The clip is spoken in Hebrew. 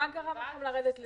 מה גרם לכם לרדת ל-7?